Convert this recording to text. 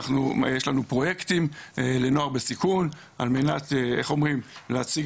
יש לנו פרויקטים לנוער בסיכון על מנת להציג